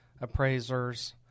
appraisers